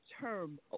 term